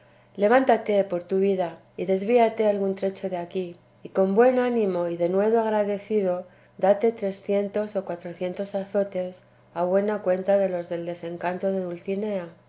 levántate por tu vida y desvíate algún trecho de aquí y con buen ánimo y denuedo agradecido date trecientos o cuatrocientos azotes a buena cuenta de los del desencanto de dulcinea